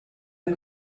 der